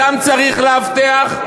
אותם צריך לאבטח?